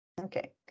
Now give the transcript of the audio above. Okay